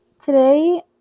Today